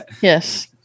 yes